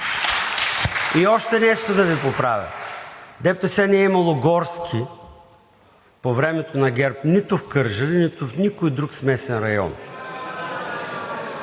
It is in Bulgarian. И още нещо да Ви поправя – ДПС не е имало горски по времето на ГЕРБ нито в Кърджали, нито в друг смесен район.